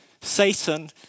Satan